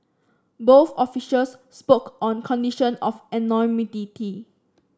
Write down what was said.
both officials spoke on condition of anonymity